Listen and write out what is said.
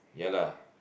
ya lah